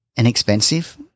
inexpensive